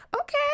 okay